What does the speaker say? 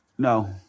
No